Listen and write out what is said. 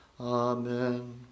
Amen